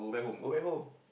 go back home